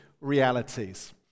realities